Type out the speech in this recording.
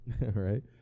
Right